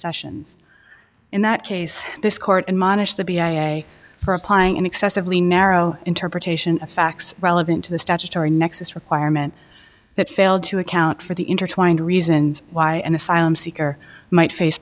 sessions in that case this court in monish the b a a for applying an excessively narrow interpretation of facts relevant to the statutory nexus requirement that failed to account for the intertwined reasons why an asylum seeker might face